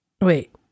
wait